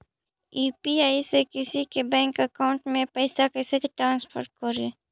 UPI से किसी के बैंक अकाउंट में पैसा कैसे ट्रांसफर करी?